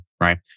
right